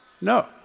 No